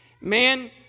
Man